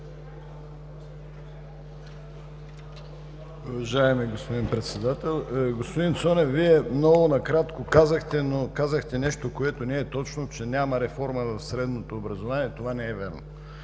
Уважаеми господин Председател! Господин Цонев, Вие много накратко казахте, но казахте нещо, което не е точно, че няма реформа в средното образование. Това не е вярно.